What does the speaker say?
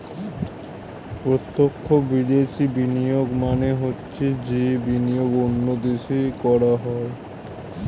প্রত্যক্ষ বিদেশি বিনিয়োগ মানে হচ্ছে যে বিনিয়োগ অন্য দেশে করা হয়